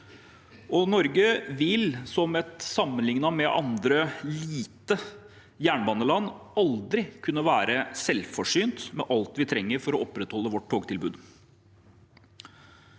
Norge vil, som et – sammenliknet med andre – lite jernbaneland, aldri kunne være selvforsynt med alt vi trenger for å opprettholde vårt togtilbud.